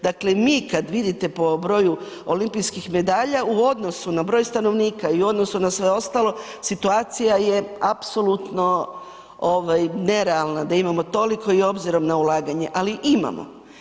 Dakle, mi kada vidite po broju olimpijskih medalja u odnosu na broj stanovnika i u odnosu na sve ostalo, situacije apsolutno nerealna da imamo toliko i obzirom na ulaganje, ali imamo.